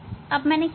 अब मैंने क्या किया